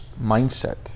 mindset